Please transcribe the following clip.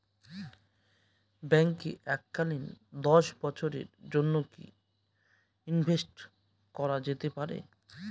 ব্যাঙ্কে এককালীন দশ বছরের জন্য কি ইনভেস্ট করা যেতে পারে?